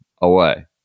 away